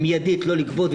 מיידית לא לגבות,